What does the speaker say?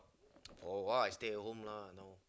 for awhile I stay at home lah now